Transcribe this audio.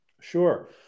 Sure